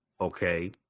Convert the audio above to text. Okay